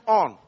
on